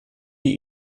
die